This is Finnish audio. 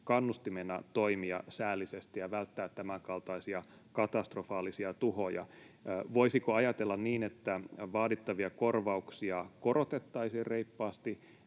kannustimena toimia säällisesti ja välttää tämänkaltaisia katastrofaalisia tuhoja. Voisiko ajatella niin, että vaadittavia korvauksia korotettaisiin reippaasti